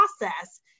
process